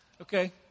Okay